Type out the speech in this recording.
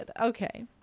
Okay